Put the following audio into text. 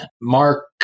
mark